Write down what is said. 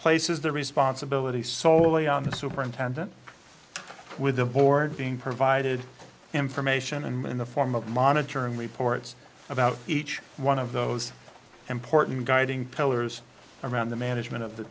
places the responsibility soley on the superintendent with the board being provided information and in the form of monitoring reports about each one of those important guiding pillars around the management of the